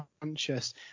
conscious